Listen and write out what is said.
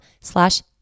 slash